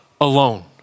alone